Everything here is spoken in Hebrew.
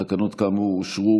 נתקבלו.